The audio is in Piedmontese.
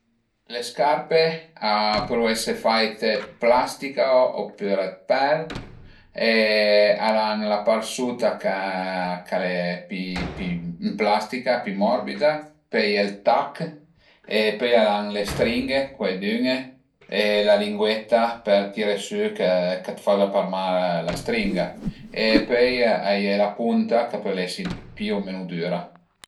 Le scarpe a pölu ese faite dë plastica opüra de pel e al an la part sutach'a ch'al e pi pi ën plastica, pi morbida, pöi a ie ël tach e pöi al an le stringhe, cuaidüne e la linguetta për tiré sü ch'a të faza pa mal la stringa e pöi a ie la punta ch'a pöl esi più o menu düra